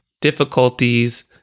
difficulties